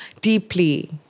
Deeply